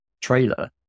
trailer